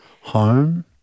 home